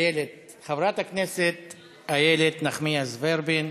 חברת הכנסת איילת נחמיאס ורבין.